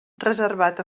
reservat